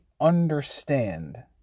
understand